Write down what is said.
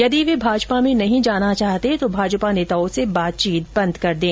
यदि वे भाजपा में नहीं जाना चाहते तो भाजपा नेताओं से बातचीत बंद कर दें